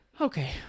okay